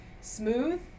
smooth